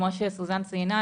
כמו שסוזן ציינה,